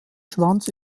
schwanz